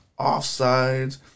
Offsides